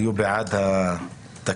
היו בעד התקנות,